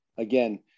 Again